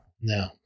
No